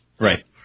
Right